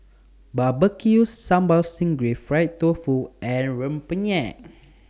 Barbecue Sambal Sting Ray Fried Tofu and Rempeyek